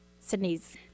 Sydney's